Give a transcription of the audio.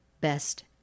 Best